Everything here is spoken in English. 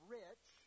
rich